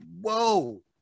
Whoa